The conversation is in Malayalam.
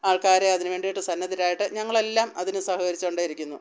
ആൾക്കാരെ അതിനു വേണ്ടിയിട്ട് സന്നദ്ധരായിട്ട് ഞങ്ങളെല്ലാം അതിനു സഹകരിച്ചു കൊണ്ടേയിരിക്കുന്നു